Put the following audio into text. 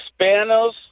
Spanos